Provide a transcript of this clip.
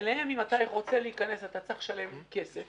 שאם אתה רוצה להיכנס אליהם אתה צריך לשלם כסף